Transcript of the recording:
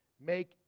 make